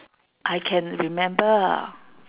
I can remember